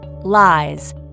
Lies